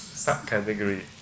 subcategory